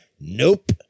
nope